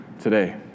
today